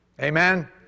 Amen